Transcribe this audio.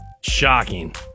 Shocking